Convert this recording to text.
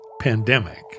pandemic